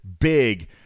big